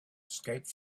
escape